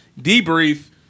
debrief